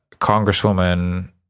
Congresswoman